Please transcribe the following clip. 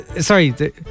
Sorry